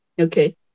Okay